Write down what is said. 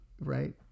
right